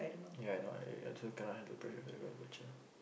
ya I know right I I also cannot handle pressure very well